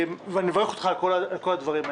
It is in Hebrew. אני מברך אותך על כל הדברים האלה.